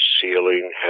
ceiling